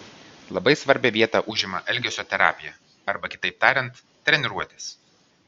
labai svarbią vietą užima elgesio terapija arba kitaip tariant treniruotės